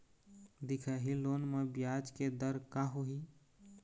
दिखाही लोन म ब्याज के दर का होही?